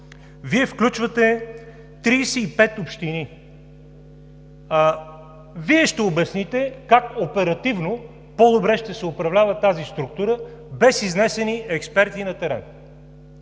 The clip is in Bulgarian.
включвате 35 общини. Вие ще обясните как оперативно по-добре ще се управлява тази структура без изнесени експерти на терен.